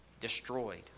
destroyed